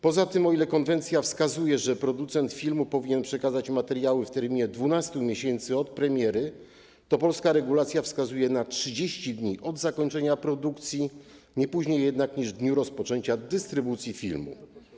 Poza tym o ile konwencja wskazuje, że producent filmu powinien przekazać materiały w terminie 12 miesięcy od premiery, o tyle polska regulacja wskazuje na 30 dni od zakończenia produkcji, jednak nie później niż w dniu rozpoczęcia dystrybucji filmu.